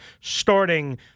starting